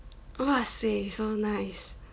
!wahseh! so nice